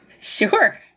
sure